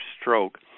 stroke